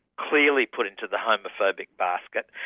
clearly put into the homophobic basket.